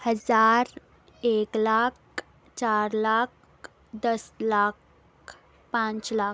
ہزار ایک لاکھ چار لاکھ دس لاکھ پانچ لاکھ